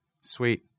Sweet